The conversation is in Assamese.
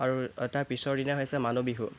আৰু তাৰ পিছৰ দিনা হৈছে মানুহ বিহু